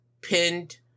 pinned